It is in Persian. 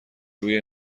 روی